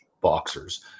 boxers